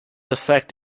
effect